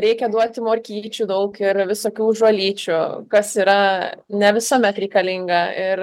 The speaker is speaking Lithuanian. reikia duoti morkyčių daug ir visokių žolyčių kas yra ne visuomet reikalinga ir